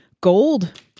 gold